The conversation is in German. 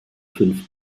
fünf